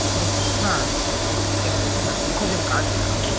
the smurfs. i was scared of the smurfs. because of gargamel.